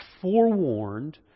forewarned